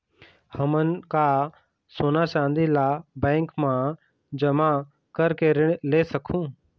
हमन का सोना चांदी ला बैंक मा जमा करके ऋण ले सकहूं?